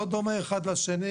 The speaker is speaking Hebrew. לא דומה אחד לשני.